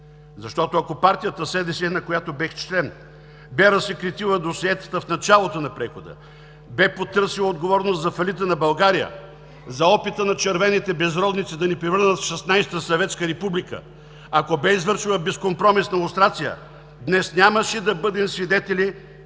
Ако партията СДС, на която бях член, бе разсекретила досиетата в началото на прехода, бе потърсила отговорност за фалита на България, за опита на червените безродници да ни превърнат в шестнадесета съветска република, ако бе извършена безкомпромисна лустрация, днес нямаше да бъдем свидетели